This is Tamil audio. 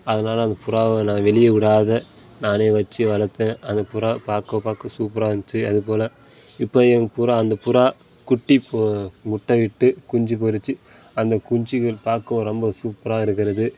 அதனால அந்த புறாவை நான் வெளியே விடாத நானே வெச்சு வளர்த்தேன் அந்த புறா பார்க்கோ பார்க்க சூப்பராயிருந்ச்சி அதுபோல் இப்போ எங்க புறா அந்த புறா குட்டி போ முட்டையிட்டு குஞ்சு பொறித்து அந்த குஞ்சுகள் பார்க்கவும் ரொம்ப சூப்பராக இருக்கிறது